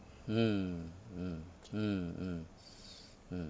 mm mm mm mm mm